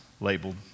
labeled